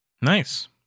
Nice